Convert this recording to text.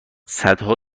صدها